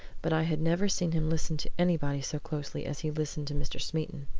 but i had never seen him listen to anybody so closely as he listened to mr. smeaton.